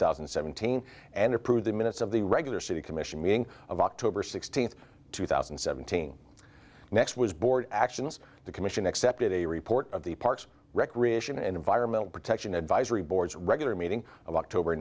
thousand and seventeen and approved the minutes of the regular city commission meeting of october sixteenth two thousand and seventeen next was board actions the commission accepted a report of the parks recreation and environmental protection advisory boards regular meeting of october